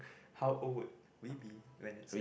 how old we be when it says